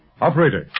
Operator